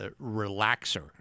relaxer